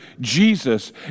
Jesus